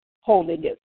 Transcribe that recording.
holiness